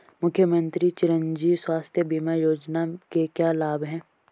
मुख्यमंत्री चिरंजी स्वास्थ्य बीमा योजना के क्या लाभ हैं?